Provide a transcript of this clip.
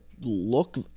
look